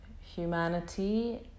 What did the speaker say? humanity